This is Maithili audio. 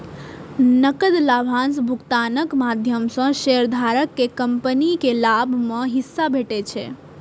नकद लाभांश भुगतानक माध्यम सं शेयरधारक कें कंपनीक लाभ मे हिस्सा भेटै छै